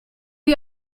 you